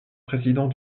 président